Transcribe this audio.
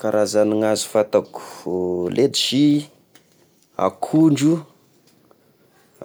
Karazagna na hazo fantako: ledsy, akondro,